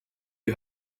you